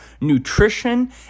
nutrition